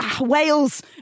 Wales